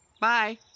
bye